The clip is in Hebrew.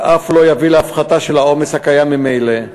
ואף לא יביא להפחתה של העומס, הקיים ממילא.